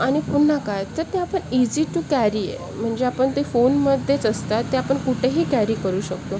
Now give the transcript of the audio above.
आणि पुन्हा काय तर ते आपण इजी टू कॅरी आहे म्हणजे आपण ते फोनमध्येच असतात ते आपण कुठंही कॅरी करू शकतो